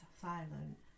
silent